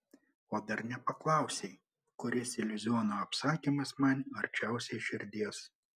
o dar nepaklausei kuris iliuziono apsakymas man arčiausiai širdies